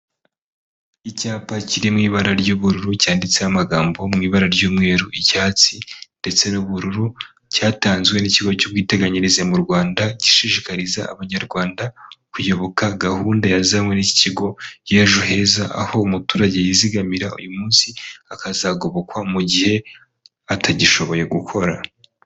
Icyapa kiri mu ibara ry'ubururu cyanditseho amagambo mu ibara ry'umweru, icyatsi ndetse n'ubururu, cyatanzwe n'ikigo cy'ubwiteganyirize mu Rwanda gishishikariza abanyarwanda kuyoboka gahunda yazanywe n'iki Kigo y'ejo heza, aho umuturage yizigamira uyu munsi akazagobokwa mu gihe atagishoboye gukora.